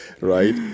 right